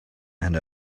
and